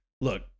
look